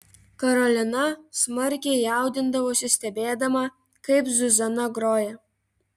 karolina smarkiai jaudindavosi stebėdama kaip zuzana groja